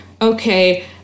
Okay